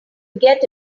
get